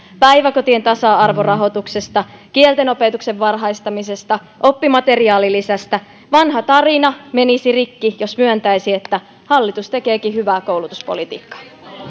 päiväkotien tasa arvorahoituksesta kieltenopetuksen varhaistamisesta oppimateriaalilisästä vanha tarina menisi rikki jos myöntäisi että hallitus tekeekin hyvää koulutuspolitiikkaa